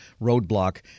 roadblock